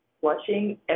watching